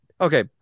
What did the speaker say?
okay